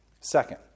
second